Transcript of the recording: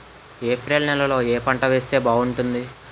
April నెలలో ఏ పంట వేస్తే బాగుంటుంది?